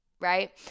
Right